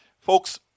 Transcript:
Folks